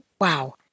Wow